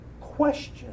Question